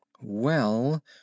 Well